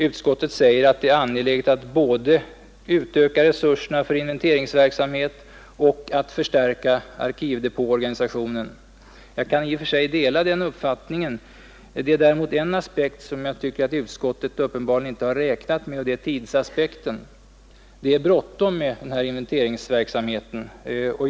Utskottet säger att det är angeläget både att utöka resurserna för inventeringsverksamhet och att förstärka arkivdepåorganisationen. Jag kan i och för sig dela den uppfattningen. Det är emellertid en aspekt som utskottet uppenbarligen inte har räknat med, och det är tidsaspekten. Det är bråttom med det här inventeringsarbetet.